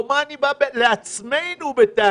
או מה אני בא לעצמנו בטענות?